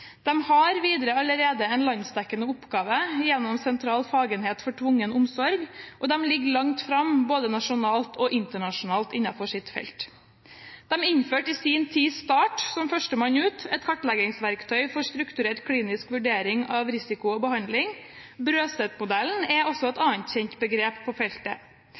har videre allerede en landsdekkende oppgave gjennom Sentral fagenhet for tvungen omsorg, og de ligger langt framme, både nasjonalt og internasjonalt, innenfor sitt felt. De innførte i sin tid START, som førstemann ut – et kartleggingsverktøy for strukturert klinisk vurdering av risiko og behandling. Brøset-modellen er også et annet kjent begrep på feltet.